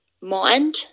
mind